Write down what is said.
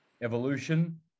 evolution